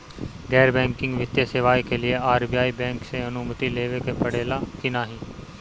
गैर बैंकिंग वित्तीय सेवाएं के लिए आर.बी.आई बैंक से अनुमती लेवे के पड़े ला की नाहीं?